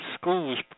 schools